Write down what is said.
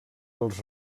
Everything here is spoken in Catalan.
els